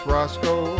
Roscoe